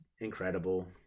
incredible